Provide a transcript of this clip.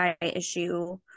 issue